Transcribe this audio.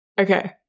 Okay